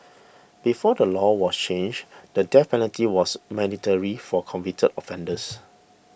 before the law was changed the death penalty was mandatory for convicted offenders